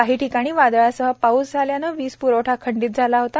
काही ठिकाणी वादळासह पाऊस झाल्याने वीजप्रवठा खंडित झाला होता